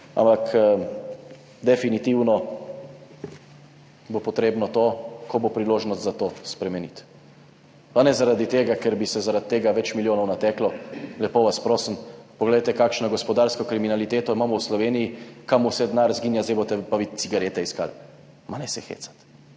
ampak definitivno bo potrebno to, ko bo priložnost za to, spremeniti. Pa ne zaradi tega, ker bi zaradi tega nateklo več milijonov, lepo vas prosim. Poglejte kakšno gospodarsko kriminaliteto imamo v Sloveniji, kam vse izginja denar, zdaj boste pa vi cigarete iskali. Ma ne se hecati.